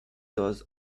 was